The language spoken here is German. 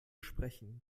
sprechen